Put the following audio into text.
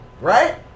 right